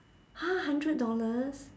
!huh! hundred dollars